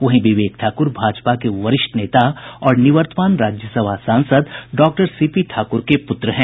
वहीं विवेक ठाकुर भाजपा के वरिष्ठ नेता और निवर्तमान राज्यसभा सांसद डॉक्टर सीपी ठाकुर के पुत्र हैं